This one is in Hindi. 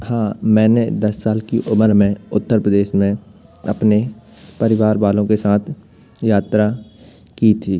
हाँ मैंने दस साल की उम्र में उत्तर प्रदेश में अपने परिवार वालों के साथ यात्रा की थी